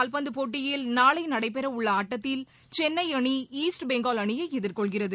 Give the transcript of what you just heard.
காவ்பந்து போட்டியில் நாளை நடைபெற உள்ள ஆட்டத்தில் சென்ளை அணி ஈஸ்ட் பெங்கால் அணியை எதிர்கொள்கிறது